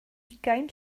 ugain